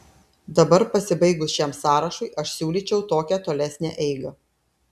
dabar pasibaigus šiam sąrašui aš siūlyčiau tokią tolesnę eigą